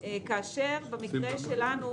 כאשר במקרה שלנו